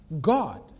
God